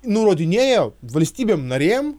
nurodinėja valstybėm narėm